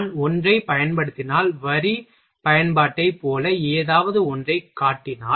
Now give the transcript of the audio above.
நான் ஒன்றைப் பயன்படுத்தினால் வரி பயன்பாட்டைப் போல ஏதாவது ஒன்றைக் கூட்டினால்